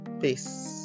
Peace